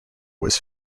was